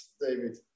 David